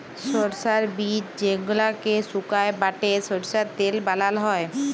সরষার বীজ যেগলাকে সুকাই বাঁটে সরষার তেল বালাল হ্যয়